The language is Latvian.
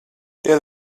diez